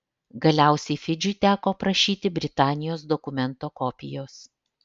galiausiai fidžiui teko prašyti britanijos dokumento kopijos